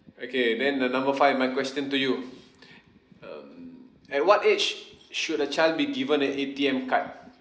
okay then the number five my question to you um at what age should a child be given an A_T_M card